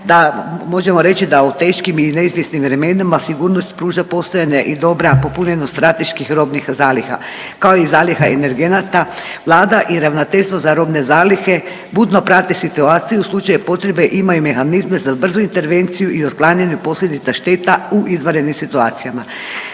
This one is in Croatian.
da možemo reći da u teškim i neizvjesnim vremenima sigurnost pruža postojanje i dobra popunjenost strateških robnih zaliha kao i zaliha energenata. Vlada i Ravnateljstvo za robne zalihe budno prate situaciju u slučaju potrebe imaju mehanizme za brzu intervenciju i otklanjanje posljedica šteta u izvanrednim situacijama.